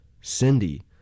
Cindy